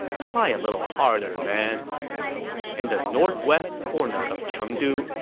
try a little harder, man in the northwest corner of chengdu,